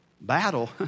battle